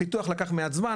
הפיתוח לקח מעט זמן,